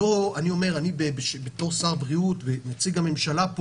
כשר בריאות ונציג הממשלה,